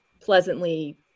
pleasantly